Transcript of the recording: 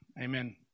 Amen